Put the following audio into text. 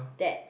that